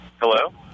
Hello